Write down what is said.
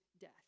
death